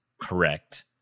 correct